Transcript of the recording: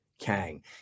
Kang